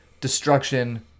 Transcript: destruction